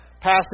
passage